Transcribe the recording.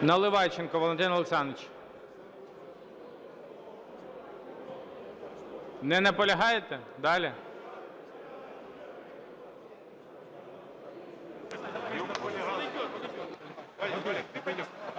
Наливайченко Валентин Олександрович. Не наполягаєте? Далі.